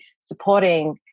supporting